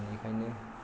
बेनिखायनो